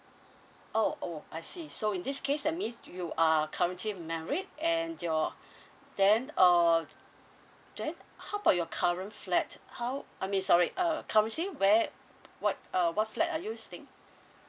oh oh I see so in this case that means you are currently married and your then uh then how about your current flat how I mean sorry uh currently where what uh what flat are you staying